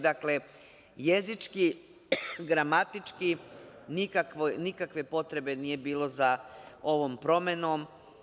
Dakle, jezički, gramatički nikakve potrebe nije bilo za ovom promenom.